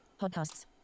Podcasts